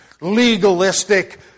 legalistic